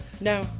No